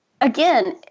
again